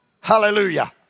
Hallelujah